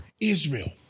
Israel